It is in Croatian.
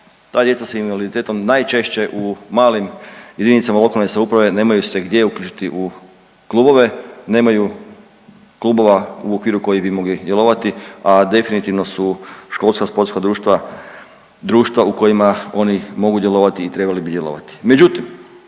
Ta djeca sa invaliditetom najčešće u malim jedinicama lokalne samouprave nemaju se gdje uključiti u klubove, nemaju klubova u okviru kojih bi mogli djelovati, a definitivno su školska sportska društva društva u kojima oni mogu djelovati i trebali bi djelovati. Međutim,